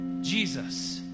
Jesus